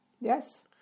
Yes